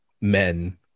men